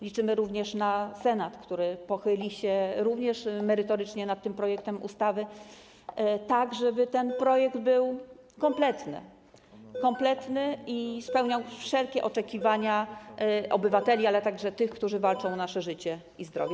Liczymy również na Senat, który pochyli się także merytorycznie nad tym projektem ustawy, tak żeby ten projekt był kompletny i spełniał wszelkie oczekiwania obywateli, ale także tych, którzy walczą o nasze życie i zdrowie.